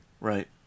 Right